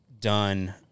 done –